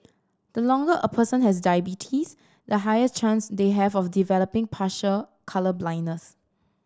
the longer a person has diabetes the higher chance they have of developing partial colour blindness